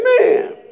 Amen